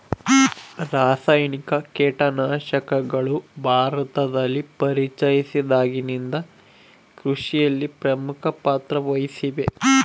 ರಾಸಾಯನಿಕ ಕೇಟನಾಶಕಗಳು ಭಾರತದಲ್ಲಿ ಪರಿಚಯಿಸಿದಾಗಿನಿಂದ ಕೃಷಿಯಲ್ಲಿ ಪ್ರಮುಖ ಪಾತ್ರ ವಹಿಸಿವೆ